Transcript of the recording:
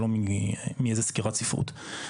זה לא מאיזו סקירת ספרות.